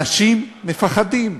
אנשים מפחדים.